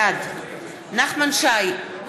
בעד נחמן שי,